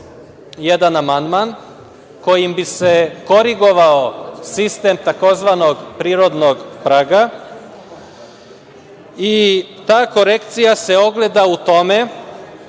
jedan amandman kojim bi se korigovao sistem tzv. prirodnog praga i ta korekcija se ogleda u tome